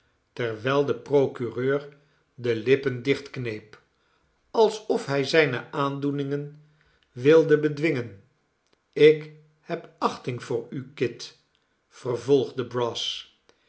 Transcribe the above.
terwijl de procureur de lippen dichtkneep alsof hij zijne aandoeningen wilde bedwingen ik heb achting voor u kit vervolgde brass